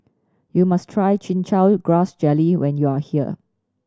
you must try Chin Chow Grass Jelly when you are here